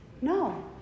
No